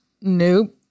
nope